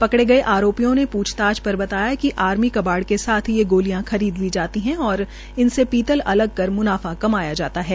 पकड़े गये आरोपियों ने पूछताछ पर बताया कि आर्मी कबाड़ के साथ ये गोलियां खरीद ली जाती है और इनमें पीतल अगल कर मुनाफा जाता है